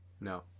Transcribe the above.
No